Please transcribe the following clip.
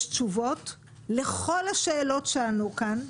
יש תשובות לכל השאלות שעלו כאן.